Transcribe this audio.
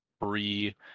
free